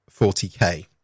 40k